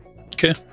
Okay